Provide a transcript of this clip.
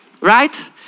right